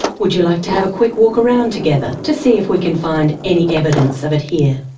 would you like to have a quick walk around together to see if we can find any evidence of it here?